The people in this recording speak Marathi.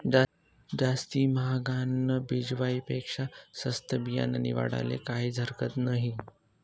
जास्ती म्हागानं बिजवाई पेक्शा सस्तं बियानं निवाडाले काहीज हरकत नही